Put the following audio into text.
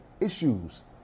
issues